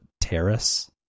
Terrace